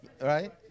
Right